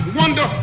wonder